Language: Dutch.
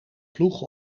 ploeg